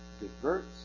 diverts